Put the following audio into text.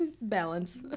Balance